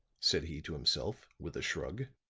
said he to himself with a shrug,